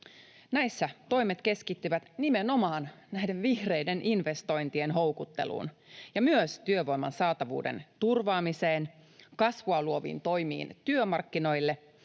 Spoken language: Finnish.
Näissä toimet keskittyvät nimenomaan vihreiden investointien houkutteluun ja myös työvoiman saatavuuden turvaamiseen, kasvua luoviin toimiin työmarkkinoille,